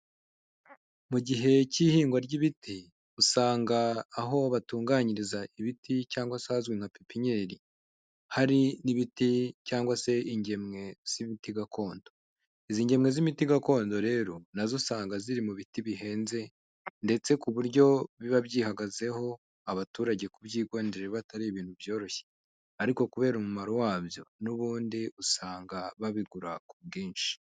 Mu gihe cy'ihingwa ry'ibiti usanga aho batunganyiriza ibiti cyangwa se ahazwi nka pipinnyeri hari n'ibiti cyangwa se ingemwe z'ibiti gakondo. Izi ngemwe z'imiti gakondo rero nazo usanga ziri mu biti bihenze, ndetse ku buryo biba byihagazeho abaturage kubyigondera biba atari ibintu byoroshye, ariko kubera umumaro wabyo n'ubundi usanga babigura ku bwinshi.